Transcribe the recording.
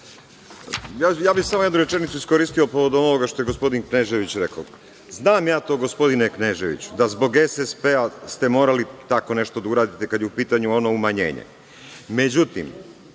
Samo bih jednu rečenicu iskoristio povodom ovoga što je gospodin Knežević rekao. Znam ja to, gospodine Kneževiću, da zbog SSP ste morali tako nešto da uradite kada je u pitanju ono umanjenje.